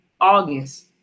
August